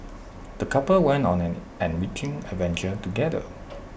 the couple went on an enriching adventure together